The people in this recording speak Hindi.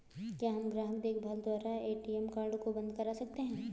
क्या हम ग्राहक देखभाल द्वारा ए.टी.एम कार्ड को बंद करा सकते हैं?